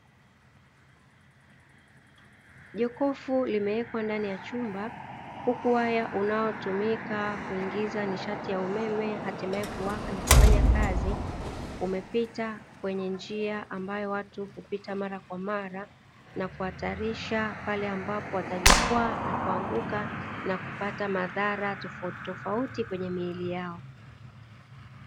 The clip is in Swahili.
Jokofu limewekwa ndani ya chumba huku waya unaotumika kuingiza nishati ya umeme hatimaye kuwaka na kufanya kazi umepita kwenye njia ambayo watu hupita mara kwa mara, na kuhatarisha pale ambapo watajikwaa na kuanguka na kupata madhara tofautitofauti kwenye miili yao.